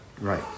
Right